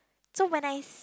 so when I s~